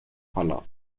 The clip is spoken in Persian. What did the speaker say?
حالا